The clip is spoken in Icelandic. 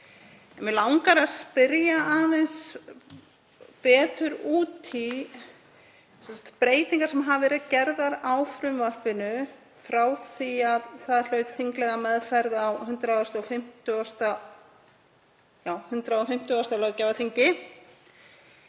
Mig langar að spyrja aðeins betur út í breytingar sem hafa verið gerðar á frumvarpinu frá því að það hlaut þinglega meðferð á 150. löggjafarþingi.